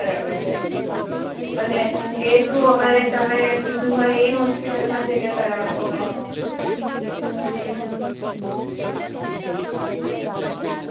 બરાબર છે અને એ શું અમારે તમે કીધું હોય એ હોસ્પિટલમાં જઈને કરવાનું હોય